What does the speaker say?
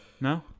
No